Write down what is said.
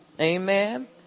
Amen